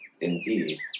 indeed